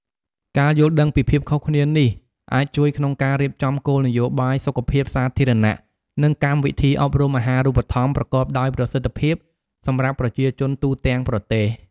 ការយល់ដឹងពីភាពខុសគ្នានេះ អាចជួយក្នុងការរៀបចំគោលនយោបាយសុខភាពសាធារណៈ និងកម្មវិធីអប់រំអាហារូបត្ថម្ភប្រកបដោយប្រសិទ្ធភាពសម្រាប់ប្រជាជនទូទាំងប្រទេស។